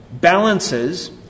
balances